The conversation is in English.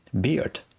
beard